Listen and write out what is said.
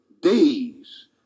days